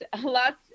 lots